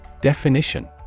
Definition